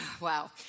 Wow